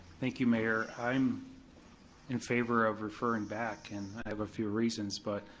thank you, mayor. i'm in favor of referring back, and i have a few reasons, but,